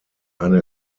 eine